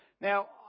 Now